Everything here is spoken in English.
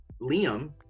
liam